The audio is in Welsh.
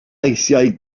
eisiau